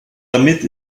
damit